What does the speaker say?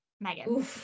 Megan